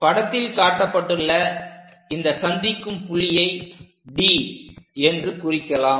படத்தில் காட்டப்பட்டுள்ள இந்த சந்திக்கும் புள்ளியை D என்று குறிக்கலாம்